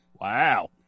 Wow